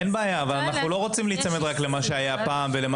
אין בעיה אבל אנחנו לא רוצים להיצמד רק למה שהיה פעם.